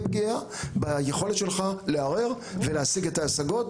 פגיעה ביכולת שלך לערער ולהשיג את ההשגות,